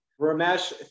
Ramesh